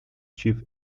chief